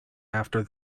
after